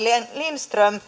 lindström